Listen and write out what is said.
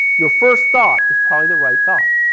your first thought is probably the right thought.